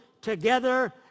together